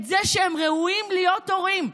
את זה שהם ראויים להיות הורים.